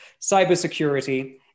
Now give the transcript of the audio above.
cybersecurity